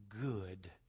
good